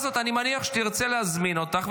אני מניח שהוועדה הזאת תרצה להזמין אותך,